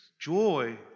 Joy